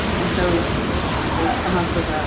and so and they've come up with